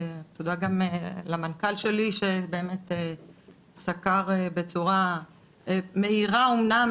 תודה גם למנכ"ל שלי שבאמת סקר בצורה מהירה אמנם,